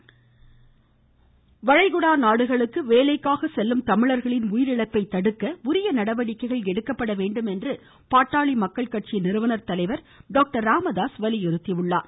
ருருரு ராமதாஸ் வளைகுடா நாடுகளுக்கு வேலைக்காக செல்லும் தமிழர்களின் உயிரிழப்பை தடுக்க உரிய நடவடிக்கைகள் எடுக்கப்பட வேண்டுமென்று பாட்டாளி மக்கள் கட்சி நிறுவனர் தலைவர் டாக்டர் ராமதாஸ் வலியுறுத்தியுள்ளார்